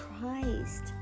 Christ